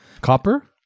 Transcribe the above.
Copper